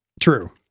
True